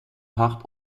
hart